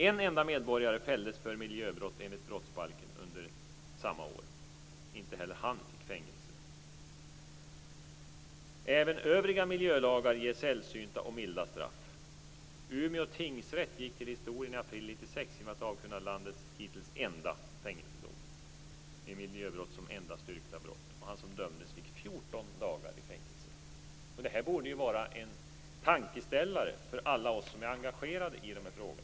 En enda medborgare fälldes för miljöbrott enligt brottsbalken under samma år. Inte heller han fick fängelse. Även övriga miljölagar ger sällsynta och milda straff. Umeå tingsrätt gick till historien i april 1996 genom att avkunna landets hittills enda fängelsedom med miljöbrott som enda styrkta brott. Han som dömdes fick 14 dagar i fängelse. Det här borde vara en tankeställare för alla oss som är engagerade i dessa frågor.